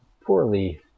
poorly